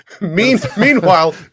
Meanwhile